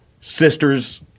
sister's